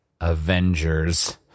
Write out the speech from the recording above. Avengers